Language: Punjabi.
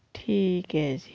ਠੀਕ ਹੈ ਜੀ